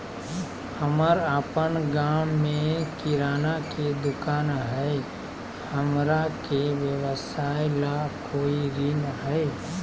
हमर अपन गांव में किराना के दुकान हई, हमरा के व्यवसाय ला कोई ऋण हई?